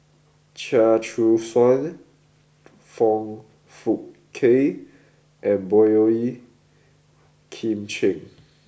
Chia Choo Suan Foong Fook Kay and Boey Kim Cheng